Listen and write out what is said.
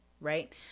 right